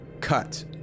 cut